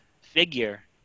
figure